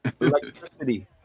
Electricity